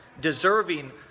deserving